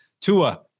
Tua